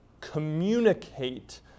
communicate